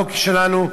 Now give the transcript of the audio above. בחוק שלנו,